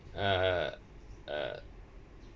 uh uh